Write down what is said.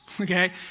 Okay